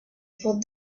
put